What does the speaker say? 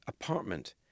apartment